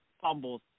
fumbles